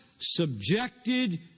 subjected